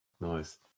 nice